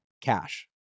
Cash